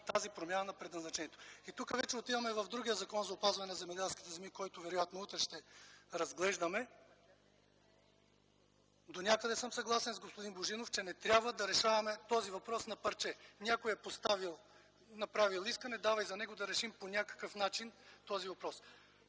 тази промяна на предназначението. Тук вече отиваме в другия Закон за опазване на земеделските земи, който вероятно утре ще разглеждаме. Донякъде съм съгласен с господин Божинов, че не трябва да решаваме този въпрос на парче. Някой е поставил, направил искане, давай за него да решим по някакъв начин този въпрос.